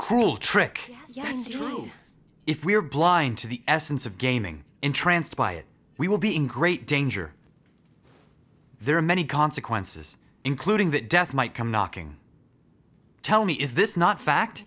cruel trick yes true if we are blind to the essence of gaming entranced by it we will be in great danger there are many consequences including that death might come knocking tell me is this not fact